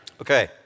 Okay